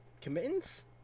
commitments